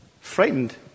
frightened